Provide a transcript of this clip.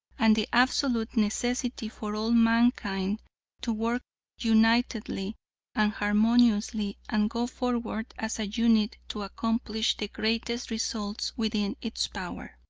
and the absolute necessity for all mankind to work unitedly and harmoniously, and go forward as a unit to accomplish the greatest results within its power.